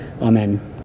Amen